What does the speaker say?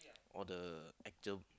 all the actual